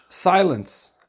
silence